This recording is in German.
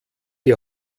die